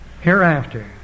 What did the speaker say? Hereafter